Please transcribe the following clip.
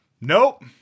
Nope